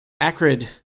Acrid